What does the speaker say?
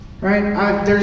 Right